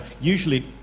Usually